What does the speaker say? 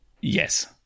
Yes